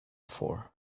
for